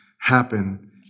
happen